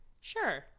Sure